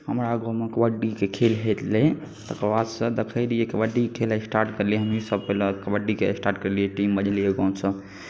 हमरा गाममे कबड्डीके खेल भेल रहय तकर बादसँ देखै रहियै कबड्डी खेल स्टार्ट केलियै हमहीँसभ पहिले कबड्डी हमहीँसभ टीम बनेलियै हमसभ